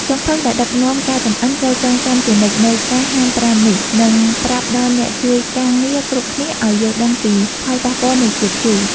ចុងភៅដែលដឹកនាំការចម្អិនត្រូវចងចាំជានិច្ចនូវការហាមប្រាមនេះ និងប្រាប់ដល់អ្នកជួយការងារគ្រប់គ្នាឱ្យយល់ដឹងពីផលប៉ះពាល់នៃជាតិជូរ។